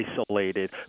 isolated